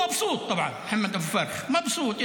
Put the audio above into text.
שקראו "שיישרף לכם הכפר" ועוד קללות,